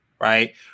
right